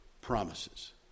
promises